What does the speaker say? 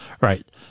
right